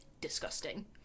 disgusting